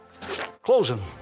Closing